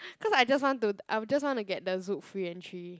cause I just want to I just want to get the Zouk free entry